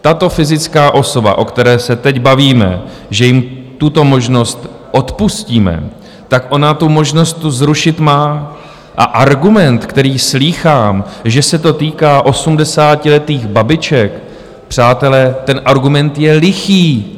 Tato fyzická osoba, o které se teď bavíme, že jí tuto možnost odpustíme, ona tu možnost to zrušit má, a argument, který slýchám, že se to týká osmdesátiletých babiček, přátelé, ten argument je lichý.